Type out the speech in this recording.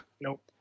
Nope